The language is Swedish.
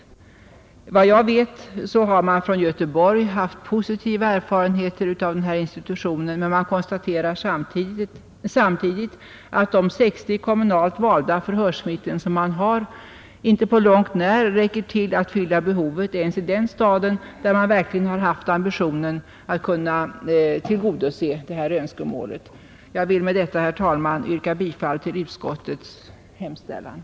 Såvitt jag vet har man i Göteborg haft positiva erfarenheter jav den här institutionen, men man konstaterar samtidigt att de 60 kommunalt valda förhörsvittnena inte på långt när räcker till för att fylla behovet ens i den staden, där man verkligen har haft ambitionen att tillgodose det här önskemålet. Jag vill med detta, herr talman, yrka bifall till utskottets hemställan.